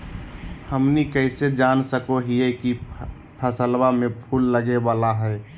हमनी कइसे जान सको हीयइ की फसलबा में फूल लगे वाला हइ?